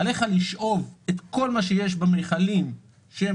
עליך לשאוב את כל מה שיש במכלים שמחוברים